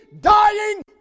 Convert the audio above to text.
dying